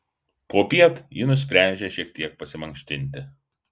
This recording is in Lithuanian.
popiet ji nusprendžia šiek tiek pasimankštinti